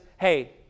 hey